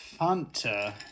Fanta